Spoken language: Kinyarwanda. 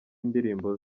indirimbo